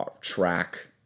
track